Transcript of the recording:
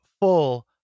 full